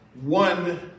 one